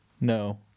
No